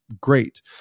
great